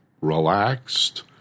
relaxed